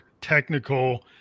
technical